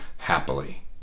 Happily